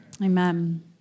Amen